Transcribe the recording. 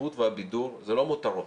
התרבות והבידור זה לא מותרות,